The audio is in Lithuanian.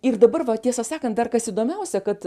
ir dabar va tiesą sakant dar kas įdomiausia kad